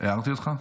הערתי אותך?